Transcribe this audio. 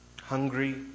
hungry